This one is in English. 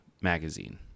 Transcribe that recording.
Magazine